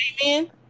Amen